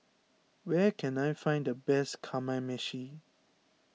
where can I find the best Kamameshi